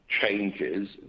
changes